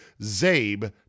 ZABE